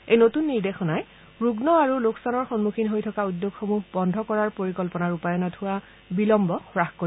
এই নতুন নিৰ্দেশনাই ৰুগ্ন আৰু লোকচানৰ সমুখীন হৈ থকা উদ্যোগসমূহ বন্ধ কৰাৰ পৰিকল্পনা ৰূপায়ণত হোৱা বিলম্ব হ্ৰাস কৰিব